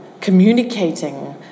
communicating